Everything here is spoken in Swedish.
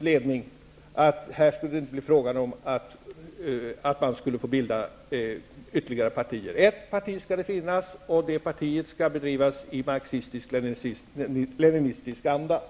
ledning klart ifrån att här kunde det inte bli fråga om att man skulle få bilda ytterligare partier. Ett parti skall det finnas, och det partiet skall drivas i marxistisk-leninistisk anda.